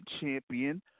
champion